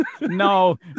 no